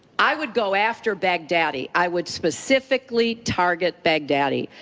i would go after baghdadi. i would specifically target baghdadi.